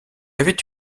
avait